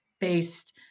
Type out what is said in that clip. based